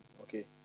okay